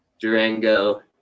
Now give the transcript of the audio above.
durango